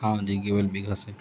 ہاں جی گیوال بگھہ سے